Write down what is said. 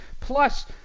Plus